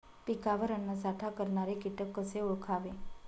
पिकावर अन्नसाठा करणारे किटक कसे ओळखावे?